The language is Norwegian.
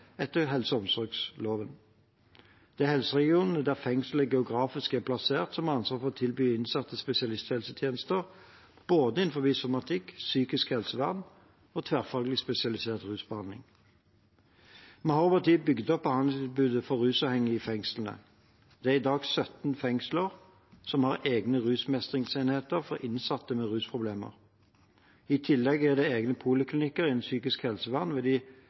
etter helse- og omsorgsloven. Det er helseregionen der fengselet geografisk er plassert, som har ansvaret for å tilby innsatte spesialisthelsetjenester – innen både somatikk, psykisk helsevern og tverrfaglig spesialisert rusbehandling. Vi har over tid bygd opp behandlingstilbudene for rusavhengige i fengslene. Det er i dag 17 fengsler som har egne rusmestringsenheter for innsatte med rusproblemer. I tillegg er det egne poliklinikker innen psykisk helsevern ved de